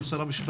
של שר המשפטים,